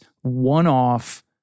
one-off